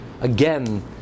again